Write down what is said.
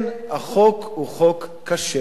כן, החוק הוא חוק קשה.